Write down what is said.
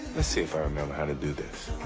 see if i remember how to do this.